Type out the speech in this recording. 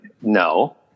no